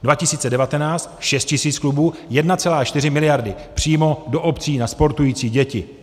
2019, šest tisíc klubů, 1,4 miliardy přímo do obcí na sportující děti.